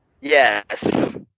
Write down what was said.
Yes